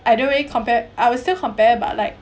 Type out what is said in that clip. either way compare I will still compare but like